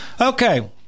Okay